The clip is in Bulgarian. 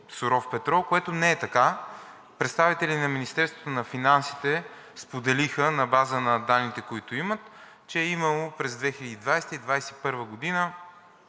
суров петрол, което не е така. Представители на Министерството на финансите споделиха на база на данните, които имат, че е имало през 2020-а и